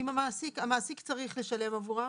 אם המעסיק, המעסיק צריך לשלם עבורם.